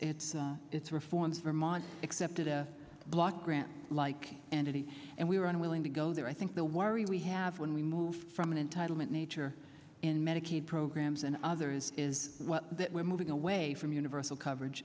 it's it's reforms vermont accepted a block grant like andy and we were unwilling to go there i think the worry we have when we move from an entitlement nature in medicaid programs and others is what we're moving away from universal coverage